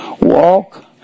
walk